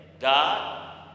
God